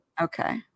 Okay